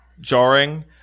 jarring